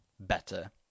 Better